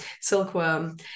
silkworm